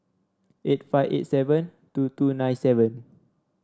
eight five eight seven two two nine seven